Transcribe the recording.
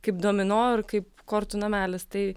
kaip domino ar kaip kortų namelis tai